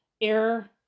air